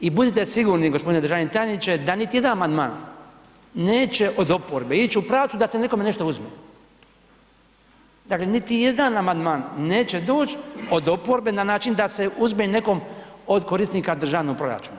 I budite sigurni gospodine državni tajniče da niti jedan amandman neće od oporbe ići u pravcu da se nekome nešto uzme, dakle niti jedan amandman neće doći od oporbe na način da se uzme nekom od korisnika državnog proračuna.